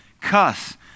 cuss